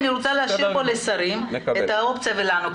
הוא נכנס בחלופה 5 או 4. אם הוא מתנדב,